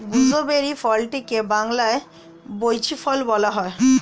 gooseberry ফলটিকে বাংলায় বৈঁচি ফল বলা হয়